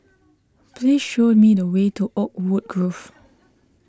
please show me the way to Oakwood Grove